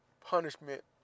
punishment